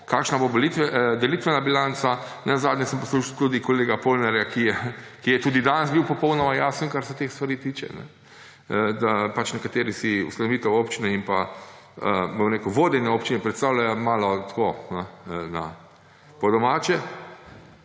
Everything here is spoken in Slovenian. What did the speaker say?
kakšna bo delitvena bilanca, nenazadnje sem poslušal tudi kolega Polnarja, ki je tudi danes bil popolnoma jasen, kar se teh stvari tiče, da pač nekateri si ustanovitev občine in vodenje občine predstavljajo malo tako po domače.